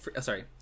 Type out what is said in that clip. sorry